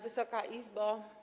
Wysoka Izbo!